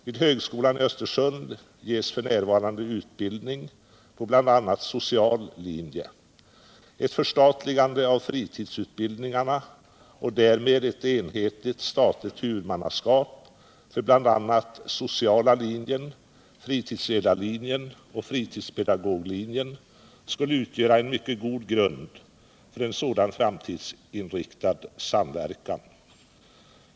Vid högskolan i Östersund ges f. n. utbildning på bl.a. social linje. Ett förstatligande av fritidsutbildningarna och därmed ett enhetligt statligt huvudmannaskap för bl.a. sociala linjen, fritidsledarlinjen och fritidspedagoglinjen skulle utgöra en mycket god grund för en sådan framtidsinriktad samverkan.